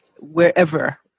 wherever